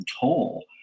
toll